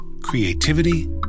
creativity